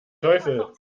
teufel